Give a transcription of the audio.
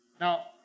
Now